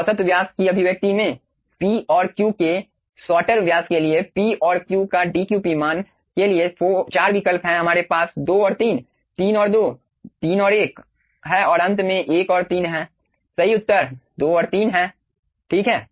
औसत व्यास की अभिव्यक्ति में p और q के सौटर व्यास के लिए p और q का dqp मान के लिए 4 विकल्प हैं हमारे पास 2 और 3 3 और 23 और 1 हैं और अंत में 1 और 3 हैं सही उत्तर 2 और 3 हैं ठीक हैं